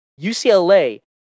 ucla